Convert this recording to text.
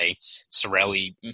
Sorelli